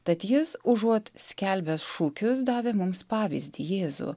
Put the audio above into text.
tad jis užuot skelbęs šūkius davė mums pavyzdį jėzų